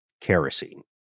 kerosene